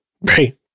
Right